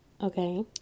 Okay